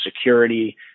security